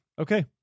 Okay